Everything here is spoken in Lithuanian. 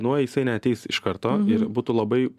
nu jisai neateis iš karto ir būtų labai